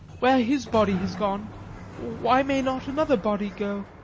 where his body has gone why may not another body go?